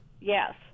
Yes